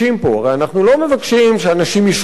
הרי אנחנו לא מבקשים שאנשים ישוחררו.